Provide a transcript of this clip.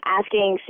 asking